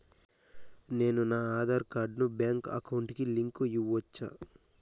నేను నా ఆధార్ కార్డును బ్యాంకు అకౌంట్ కి లింకు ఇవ్వొచ్చా?